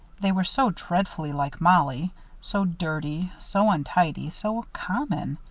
they were so dreadfully like mollie so dirty, so untidy, so common.